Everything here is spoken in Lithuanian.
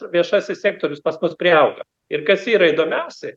viešasis sektorius pas mus priauga ir kas yra įdomiausia